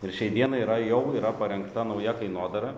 ir šiai dienai yra jau yra parengta nauja kainodara